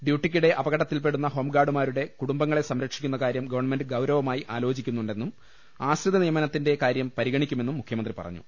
ഡ്യൂട്ടിക്കിടെ അപകടത്തിൽപ്പെടുന്ന ഹോംഗാർഡുമാരുടെ കുടുംബങ്ങളെ സംരക്ഷിക്കുന്ന കാര്യം ഗവൺമെന്റ് ഗൌരവമായി ആലോചിക്കുന്നുണ്ടെന്നും ആശ്രിതനി യമനത്തിന്റെ കാര്യം പരിഗണിക്കുമെന്നും മുഖ്യമന്ത്രി പറഞ്ഞു